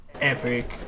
epic